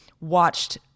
watched